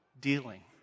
dealing